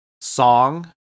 song